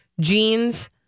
Jeans